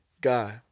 god